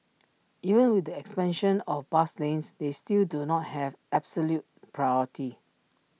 even with the expansion of bus lanes they still do not have absolute priority